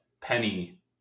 Penny